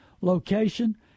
location